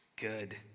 good